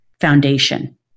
foundation